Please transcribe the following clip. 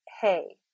hey